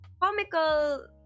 comical